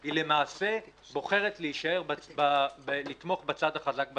היא למעשה בוחרת לתמוך בצד החזק בסיפור.